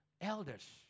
elders